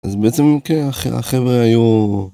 אז בעצם כן, החבר'ה היו...